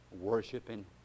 worshiping